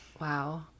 Wow